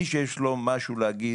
מי שיש לו מה לומר,